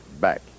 back